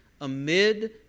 amid